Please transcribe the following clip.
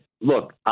look